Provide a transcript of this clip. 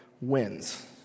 wins